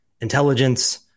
intelligence